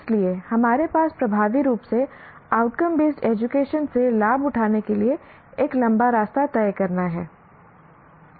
इसलिए हमारे पास प्रभावी रूप से आउटकम बेस्ड एजुकेशन से लाभ उठाने के लिए एक लंबा रास्ता तय करना है